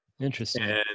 Interesting